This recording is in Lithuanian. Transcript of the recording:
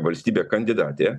valstybė kandidatė